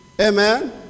Amen